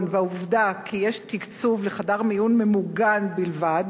והעובדה שיש תקצוב לחדר מיון ממוגן בלבד,